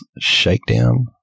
shakedown